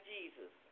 Jesus